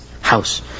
house